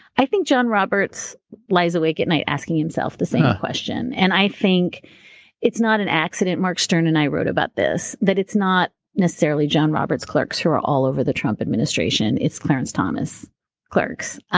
i think john roberts lies awake at night asking himself the same question. and i think it's not an accident. mark stern and i wrote about this, that it's not necessarily john roberts' clerks who are all over the trump administration. it's clarence thomas clerks.